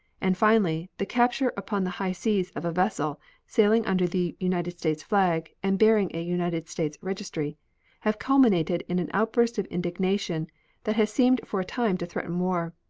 and, finally, the capture upon the high seas of a vessel sailing under the united states flag and bearing a united states registry have culminated in an outburst of indignation that has seemed for a time to threaten war.